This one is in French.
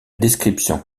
description